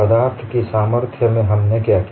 पदार्थ की सामर्थ्य में हमने क्या किया